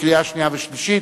לקריאה שנייה ושלישית.